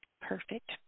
Perfect